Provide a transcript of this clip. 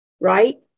right